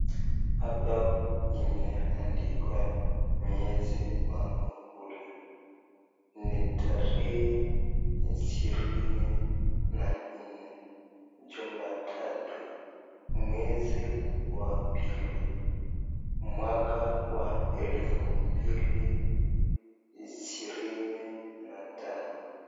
Hapa imeandikwa miezi ya muhula, ti tarehe ishirini na nne, jumatatu, mwezi wa pili mwaka wa elfu mbili ishirini na tano.